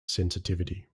sensitivity